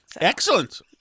Excellent